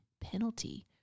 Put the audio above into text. penalty